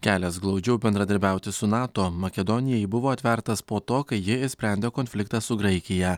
kelias glaudžiau bendradarbiauti su nato makedonijai buvo atvertas po to kai ji išsprendė konfliktą su graikija